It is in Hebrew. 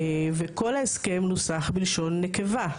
וכל ההסכם נוסח בלשון נקבה.